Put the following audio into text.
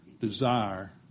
desire